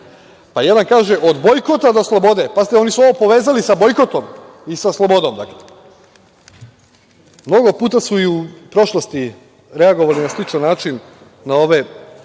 Jedan kaže: „Od bojkota do slobode.“ Pazite, ovo su oni povezali sa bojkotom i sa slobodom. Mnogo puta su u prošlosti reagovali na sličan način na ove